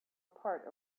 part